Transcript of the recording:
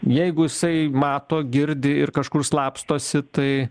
jeigu jisai mato girdi ir kažkur slapstosi tai